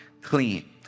clean